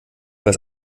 was